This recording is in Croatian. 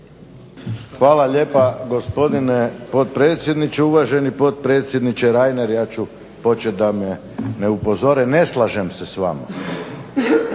Hvala lijepo gospodine potpredsjedniče. Uvaženi potpredsjedniče Reiner ja ću počet da ću početi da me ne upozore, ne slažem se s vama.